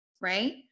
Right